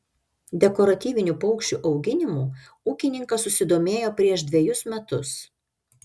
dekoratyvinių paukščių auginimu ūkininkas susidomėjo prieš dvejus metus